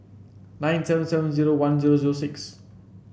nine seven seven zero one zero zero six